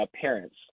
parents